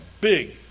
big